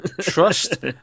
Trust